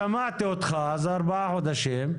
שמעתי אותך, אז 4 חודשים.